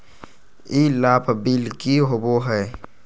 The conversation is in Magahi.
ई लाभ बिल की होबो हैं?